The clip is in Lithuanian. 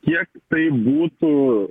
kiek tai būtų